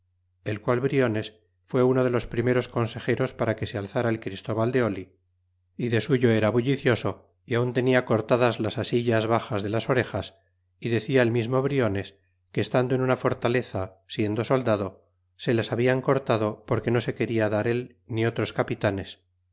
el qual briones fue uno de los primeros consejeros para que se alzara el christóval de oh y de suyo era bullicioso y aun tenia cortadas las asillas bazas de las orejas y decia el mismo briones que estando en una fortaleza siendo soldado se las hablan cortado porque no se queda dar él ni otros capitanes